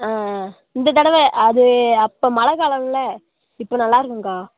ஆ இந்த தடவை அது அப்போ மழை காலமில இப்போ நல்லா இருக்கும்கா